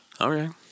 Okay